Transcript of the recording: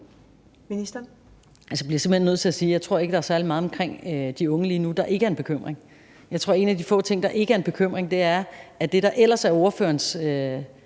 jeg ikke tror, der er særlig meget omkring de unge lige nu, der ikke er en bekymring. Jeg tror, at en af de få ting, der ikke er en bekymring, handler om det, der ellers er spørgerens